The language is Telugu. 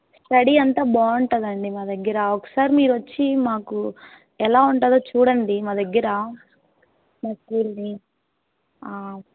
స్టడీ అంతా బాగుంటుందండి మా దగ్గర ఒకసారి మీరొచ్చి మాకు ఎలా ఉంటుందో చూడండి మా దగ్గర మా స్కూల్ని